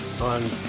on